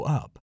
up